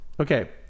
Okay